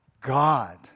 God